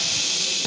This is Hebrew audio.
(קוראת בשמות חברי הכנסת)